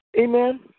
Amen